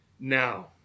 now